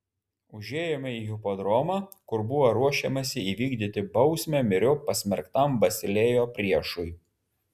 užėjome į hipodromą kur buvo ruošiamasi įvykdyti bausmę myriop pasmerktam basilėjo priešui